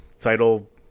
title